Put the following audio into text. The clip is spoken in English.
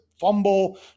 fumble